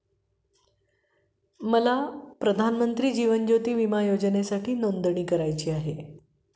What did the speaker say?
मला प्रधानमंत्री जीवन ज्योती विमा योजनेसाठी नोंदणी करायची आहे